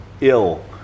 ill